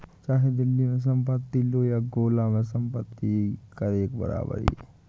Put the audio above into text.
चाहे दिल्ली में संपत्ति लो या गोला में संपत्ति कर एक बराबर ही है